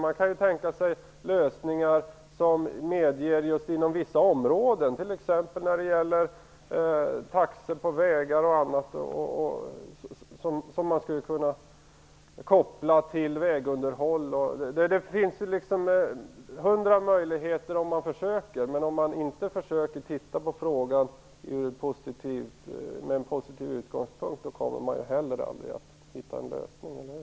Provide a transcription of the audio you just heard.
Man kan tänka sig lösningar som inom vissa områden medger t.ex. taxor för vägar och annat, som man skulle kunna koppla till vägunderhåll. Det finns hundra möjligheter om man försöker. Men om man inte försöker titta på frågan med en positiv utgångspunkt kommer man heller aldrig att hitta en lösning, eller hur?